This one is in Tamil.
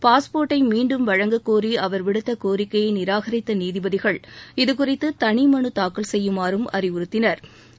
பாஸ்போர்ட்டை மீண்டும் வழங்கக்கோரி அவர் விடுத்த கோரிக்கையை நிராகரித்த நீதிபதிகள் இதுகுறித்து தளி மனு தாக்கல் செய்யுமாறும் அறிவுறுத்தினா்